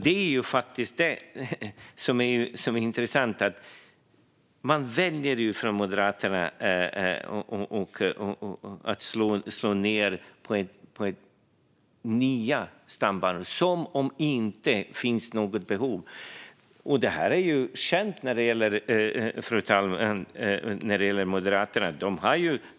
Det är det som är intressant. Man väljer från Moderaterna att slå ned på nya stambanor som om det inte finns något behov. Det är känt när det gäller Moderaterna, fru talman.